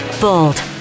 bold